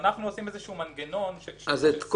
אנחנו עושים איזה שהוא מנגנון של סינון.